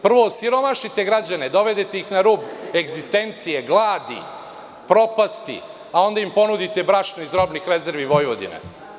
Prvo osiromašite građane, dovedete ih na rub egzistencije, gladi, propasti, a onda im ponudite brašno iz robnih rezervi Vojvodine.